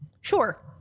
Sure